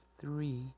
three